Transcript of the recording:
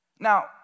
Now